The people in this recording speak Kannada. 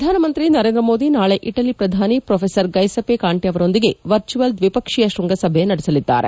ಪ್ರಧಾನಮಂತ್ರಿ ನರೇಂದ್ರ ಮೋದಿ ನಾಳಿ ಇಟಲಿ ಪ್ರಧಾನಿ ಪ್ರೊಫೆಸರ್ ಗೈಸೆಪೆ ಕಾಂಟೆ ಅವರೊಂದಿಗೆ ವರ್ಚುವಲ್ ದ್ವಿಪಕ್ಷೀಯ ಶೃಂಗಸಭೆ ನಡೆಸಲಿದ್ದಾರೆ